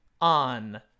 on